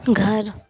घर